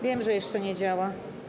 Wiem, że jeszcze nie działa.